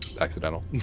accidental